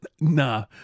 Nah